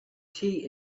tea